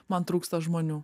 man trūksta žmonių